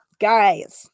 Guys